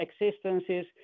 existences